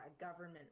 government